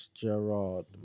Gerard